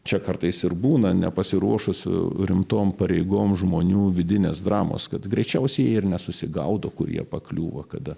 čia kartais ir būna nepasiruošus rimtom pareigom žmonių vidinės dramos kad greičiausiai ir nesusigaudo kurie pakliūva kada